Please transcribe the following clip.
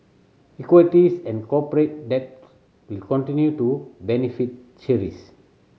equities and corporate debt will continue to beneficiaries